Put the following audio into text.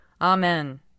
Amen